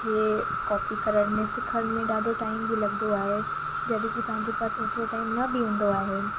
खे कॉपी करण में सिखण में ॾाढो टाइम बि लॻंदो आहे जॾहिं की तव्हांजे पास ओतिरो टाइम न बि हूंदो आहे